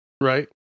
right